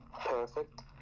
perfect